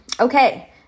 Okay